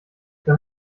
dann